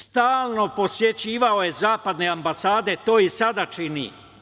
Stalno je posećivao zapadne ambasade, a to i sada čini.